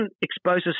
exposes